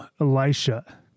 Elisha